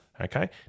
Okay